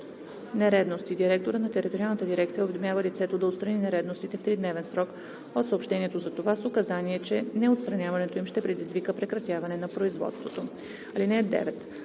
дирекция уведомява лицето да отстрани нередовностите в тридневен срок от съобщението за това с указание, че неотстраняването им ще предизвика прекратяване на производството.